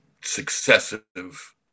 successive